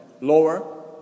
lower